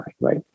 right